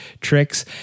tricks